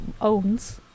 owns